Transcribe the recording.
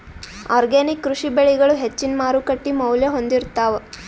organic ಕೃಷಿ ಬೆಳಿಗಳು ಹೆಚ್ಚಿನ್ ಮಾರುಕಟ್ಟಿ ಮೌಲ್ಯ ಹೊಂದಿರುತ್ತಾವ